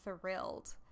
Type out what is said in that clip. thrilled